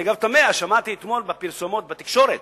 אני תמה, אתמול שמעתי בפרסומות בתקשורת